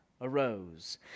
arose